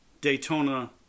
Daytona